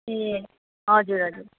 ए हजुर हजुर